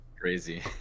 Crazy